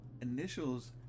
initials